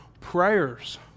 prayers